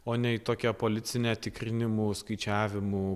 o ne į tokią policinę tikrinimų skaičiavimų